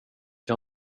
jag